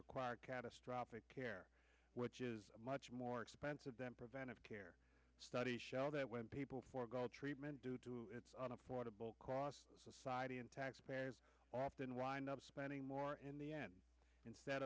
require catastrophic care which is much more expensive than preventive care studies show that when people forego treatment due to it's an affordable cost society and taxpayers often wind up spending more in the end instead